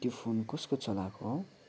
त्यो फोन कसको चलाएको